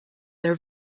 their